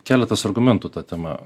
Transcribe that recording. keletas argumentų ta tema